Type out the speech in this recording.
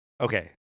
Okay